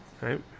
Right